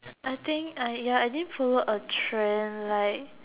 I think I ya I didn't follow a trend like